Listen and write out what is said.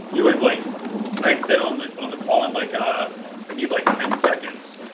you had, like i had said on the on the call-in, like ah i need like ten seconds,